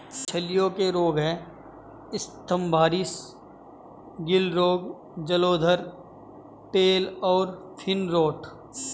मछलियों के रोग हैं स्तम्भारिस, गिल रोग, जलोदर, टेल और फिन रॉट